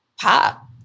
pop